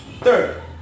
Third